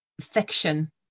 fiction